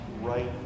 right